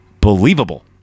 believable